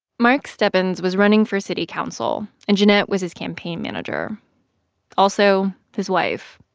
mark stebbins was running for city council, and jennet was his campaign manager also his wife,